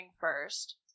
first